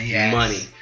money